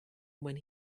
when